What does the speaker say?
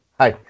hi